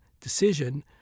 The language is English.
decision